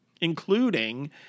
including